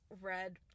red